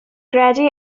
gredu